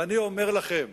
ואני אומר לכם: